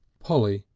polly,